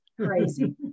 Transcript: Crazy